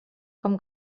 com